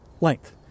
length